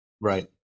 right